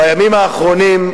בימים האחרונים,